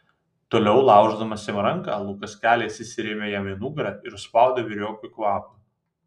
toliau lauždamas jam ranką lukas keliais įsirėmė jam į nugarą ir užspaudė vyriokui kvapą